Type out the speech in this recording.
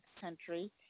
country